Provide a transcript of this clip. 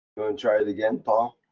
try it again paul?